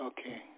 Okay